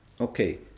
okay